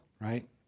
right